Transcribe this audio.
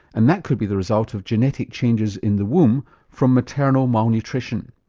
and that could be the result of genetic changes in the womb from maternal malnutrition.